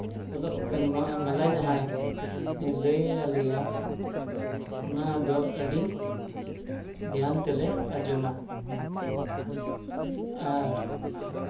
ᱚᱞᱚᱜ ᱚᱠᱛᱮ ᱢᱚᱞᱚᱭ ᱡᱟᱦᱟᱸᱭ ᱞᱟᱹᱭ ᱟᱞᱮᱭᱟ ᱚᱱᱟᱫᱚ ᱟᱹᱰᱤ ᱫᱷᱮᱭᱟᱱ ᱛᱮᱞᱮ ᱟᱸᱡᱚᱢᱟ ᱟᱨ